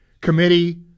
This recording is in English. Committee